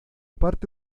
parte